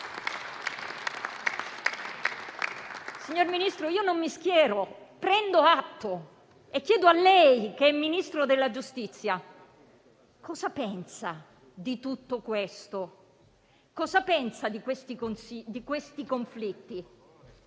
Signor Ministro, io non mi schiero, ma prendo atto e chiedo a lei, che è Ministro della giustizia: cosa pensa di tutto questo? Cosa pensa di questi conflitti?